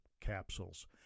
capsules